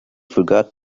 forgot